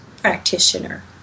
practitioner